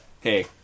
hey